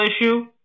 issue